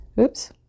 Oops